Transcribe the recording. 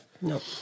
No